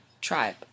tribe